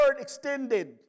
extended